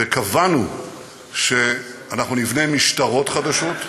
וקבענו שאנחנו נבנה משטרות חדשות,